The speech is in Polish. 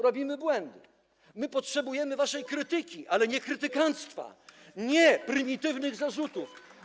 Robimy błędy, potrzebujemy waszej krytyki, ale nie krytykanctwa, nie prymitywnych zarzutów.